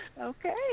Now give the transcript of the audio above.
Okay